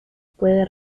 puede